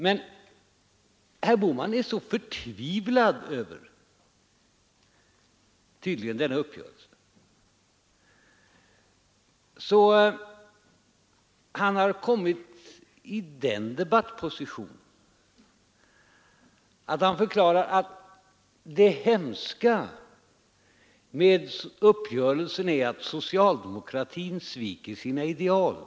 Men herr Bohman är tydligen så förtvivlad över denna uppgörelse att han kommit i den debattpositionen att han förklarar att det hemska med uppgörelsen är att socialdemokratin sviker sina ideal.